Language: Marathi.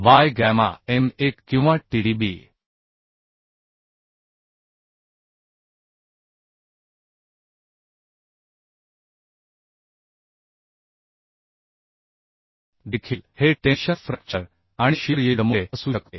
बाय गॅमा m 1 किंवा Tdb देखील हे टेन्शन फ्रॅक्चर आणि शियर यील्डमुळे असू शकते